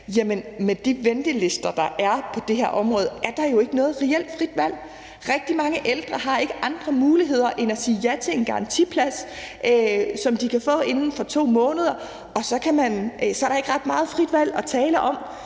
Jamen med de ventelister, der er på det her område, er der jo ikke noget reelt frit valg. Rigtig mange ældre har ikke andre muligheder end at sige ja til en garantiplads, som de kan få inden for 2 måneder, og så er der ikke ret meget frit valg at tale om.